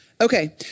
Okay